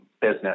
business